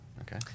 Okay